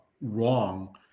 wrong